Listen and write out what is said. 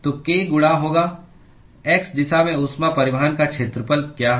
तो k गुणा होगा x दिशा में ऊष्मा परिवहन का क्षेत्रफल क्या है